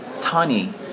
Tani